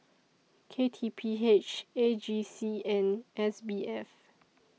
K T P H A G C and S B F